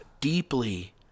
deeply